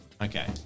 okay